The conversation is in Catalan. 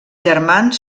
germans